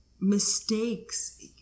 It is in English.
mistakes